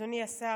אדוני השר,